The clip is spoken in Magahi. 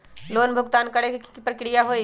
लोन भुगतान करे के की की प्रक्रिया होई?